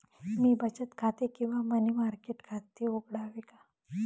मी बचत खाते किंवा मनी मार्केट खाते उघडावे का?